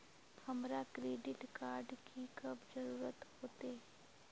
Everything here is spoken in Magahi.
हमरा क्रेडिट कार्ड की कब जरूरत होते?